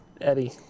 Eddie